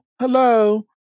hello